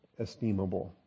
esteemable